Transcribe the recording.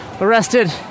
arrested